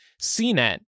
CNET